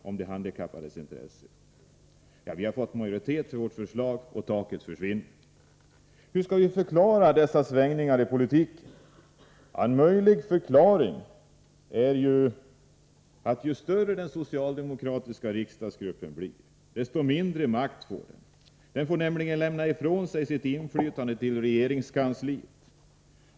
Vi har fått majoritet för vårt förslag, och taket försvinner. Hur skall man förklara dessa svängningar i politiken? En möjlig förklaring är att ju större den socialdemokratiska riksdagsgruppen blir, desto mindre makt får den. Den får nämligen lämna ifrån sig inflytandet till regeringskansliet.